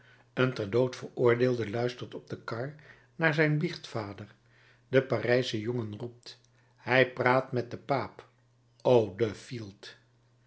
een ter dood veroordeelde luistert op de kar naar zijn biechtvader de parijsche jongen roept hij praat met den paap o de fielt